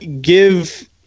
give